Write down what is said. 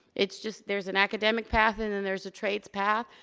it's just, there's an academic path and then there's a trades path,